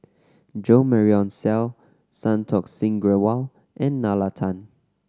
Jo Marion Seow Santokh Singh Grewal and Nalla Tan